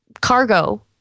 cargo